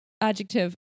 adjective